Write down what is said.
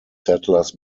settlers